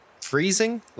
freezing